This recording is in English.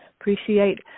Appreciate